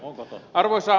arvoisa puhemies